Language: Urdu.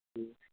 جی